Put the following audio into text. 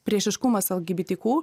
priešiškumas lgbtq